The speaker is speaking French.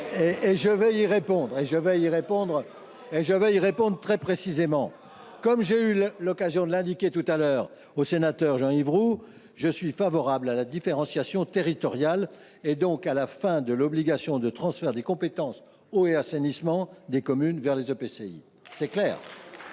! Je vous répondrai donc très précisément. Quel calendrier ? Comme je l’ai indiqué tout à l’heure au sénateur Jean Yves Roux, je suis favorable à la différenciation territoriale, donc à la fin de l’obligation de transfert des compétences eau et assainissement des communes vers les EPCI. C’est clair !